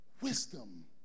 wisdom